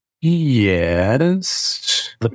Yes